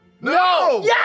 No